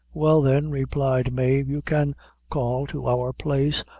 well, then, replied mave, you can call to our place,